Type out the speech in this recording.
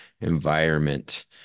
environment